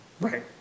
Right